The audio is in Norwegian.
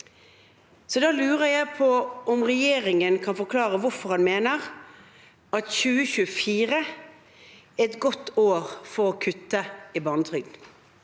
Da lurer jeg på: Kan regjeringen forklare hvorfor man mener at 2024 er et godt år for å kutte i barnetrygden?